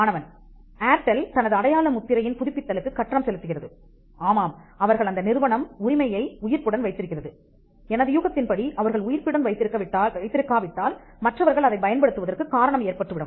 மாணவன் ஏர்டெல் தனது அடையாளம் முத்திரையின் புதுப்பித்தலுக்கு கட்டணம் செலுத்துகிறது ஆமாம் அவர்கள் அந்த நிறுவனம் உரிமையை உயிர்ப்புடன் வைத்திருக்கிறது எனது யூகத்தின் படி அவர்கள் உயிர்ப்புடன் வைத்திருக்க விட்டால் மற்றவர்கள் அதை பயன்படுத்துவதற்கு காரணம் ஏற்பட்டுவிடும்